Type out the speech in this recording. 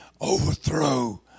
overthrow